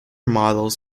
models